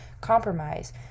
compromise